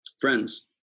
friends